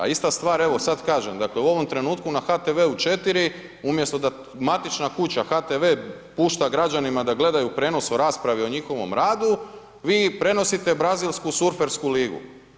A ista stvar evo sada kažem dakle u ovom trenutku na HTV-u 4 umjesto da matična kuća HTV-e pušta građanima da gledaju prijenos rasprave o njihovom radu, vi prenosite brazilsku surfersku ligu.